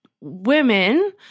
women